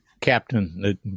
captain